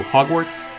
Hogwarts